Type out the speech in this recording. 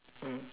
mm